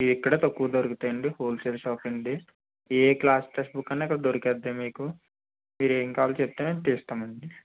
ఇక్కడే తక్కువకి దొరుకుతాయి అండి హోల్సేల్ షాప్ అండి ఏ క్లాస్ టెక్స్ట్ బుక్ అన్నా ఇక్కడ దొరుకుతుంది మీకు మీరేం కావాలో చెప్తే మేము తీస్తాము అండి